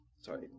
Sorry